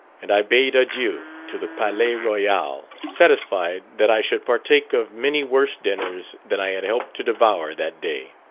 and i bade adieu to the palais royal, satisfied that i should partake of many worse dinners than i had helped to devour that day.